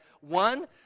one